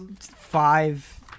five